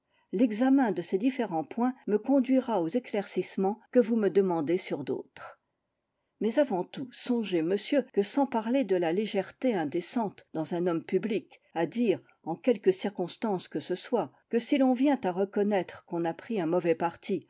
l'examen de ces différents points me conduira aux éclaircissements que vous me demandez sur d'autres mais avant tout songez monsieur que sans parler de la légèreté indécente dans un homme public à dire en quelque circonstance que ce soit que si l'on vient à reconnaître qu'on a pris un mauvais parti